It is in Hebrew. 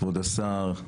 כבוד השר,